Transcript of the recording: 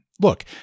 Look